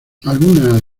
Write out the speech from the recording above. algunas